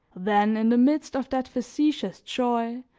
then in the midst of that factitious joy,